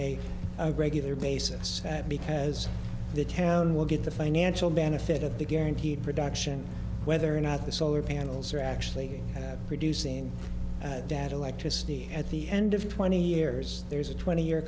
on a regular basis because the town will get the financial benefit of the guaranteed production whether or not the solar panels are actually producing dad electricity at the end of twenty years there's a twenty year